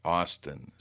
Austin